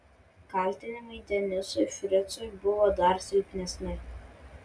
kaltinimai denisui fricui buvo dar silpnesni